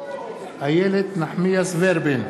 איילת נחמיאס ורבין,